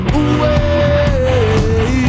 away